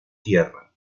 tierra